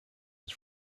his